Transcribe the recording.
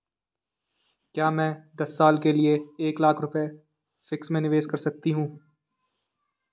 क्या मैं दस साल के लिए एक लाख रुपये फिक्स में निवेश कर सकती हूँ?